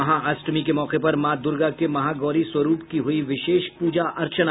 महाअष्टमी के मौके पर माँ दुर्गा के महागौरी स्वरूप की हुई विशेष पूजा अर्चना